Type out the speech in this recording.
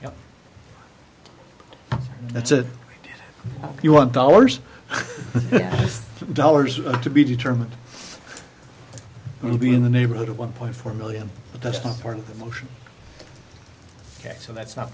yeah that's it you want dollars dollars to be determined it will be in the neighborhood of one point four million but that's not part of the motion so that's not